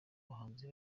abahanzi